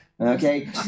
Okay